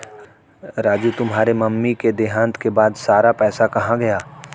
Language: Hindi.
राजू तुम्हारे मम्मी के देहांत के बाद सारा पैसा कहां गया?